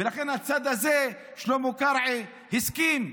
ולכן הצד הזה, שלמה קרעי, הסכים.